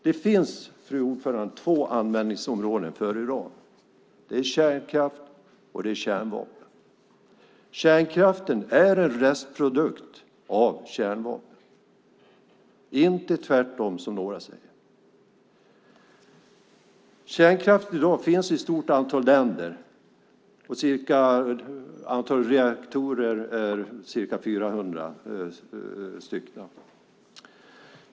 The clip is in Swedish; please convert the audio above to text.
Det finns två användningsområden för uran. Det är kärnkraft och kärnvapen. Kärnkraften är en restprodukt av kärnvapen - inte tvärtom som några säger. Kärnkraft finns i ett stort antal länder. Antalet reaktorer är ca 400.